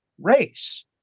race